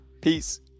Peace